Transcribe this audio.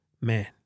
man